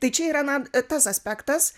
tai čia yra na tas aspektas